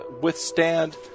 withstand